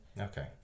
okay